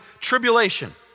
tribulation